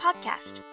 podcast